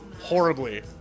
horribly